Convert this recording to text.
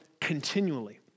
continually